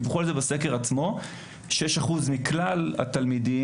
6% מכלל התלמידים,